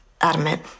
adamant